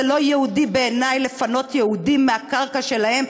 זה לא יהודי בעיני לפנות יהודים מהקרקע שלהם,